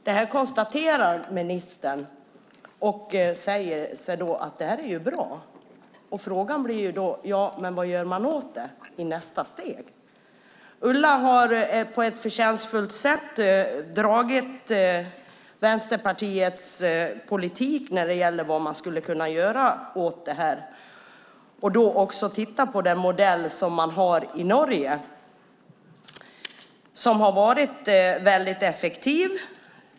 Det här konstaterar ministern, och säger att det är bra. Då blir frågan: Ja, men vad gör man åt det i nästa steg? Ulla har på ett förtjänstfullt sätt redogjort för Vänsterpartiets politik när det gäller vad man skulle kunna göra åt det här. Hon har också tittat på den modell som man har i Norge. Den har varit väldigt effektiv.